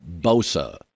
Bosa